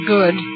Good